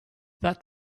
that